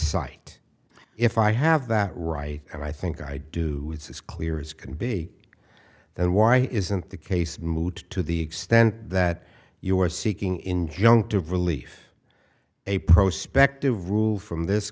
site if i have that right and i think i do it's clear as can be then why isn't the case moot to the extent that you are seeking injunctive relief a prospect of rule from this